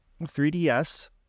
3DS